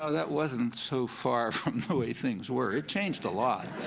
ah that wasn't so far from the way things were. it changed a lot.